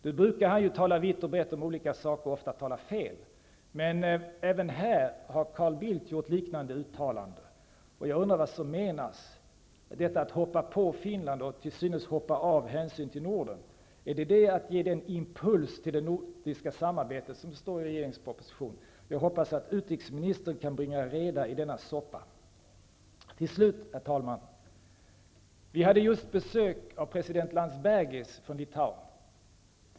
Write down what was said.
Nu brukar han tala vitt och brett om olika saker och ofta tala fel. Men även här har Carl Bildt gjort liknande uttalanden. Jag undrar vad som menas. Att hoppa på Finland och till synes hoppa av hänsynen till Norden, är det att ge den impuls till det nordiska samarbetet som det står om i regeringspropositionen? Jag hoppas att utrikesministern kan bringa reda i denna soppa. Till slut, herr talman: Vi hade just besök av president Landsbergis från Litauen.